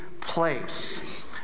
place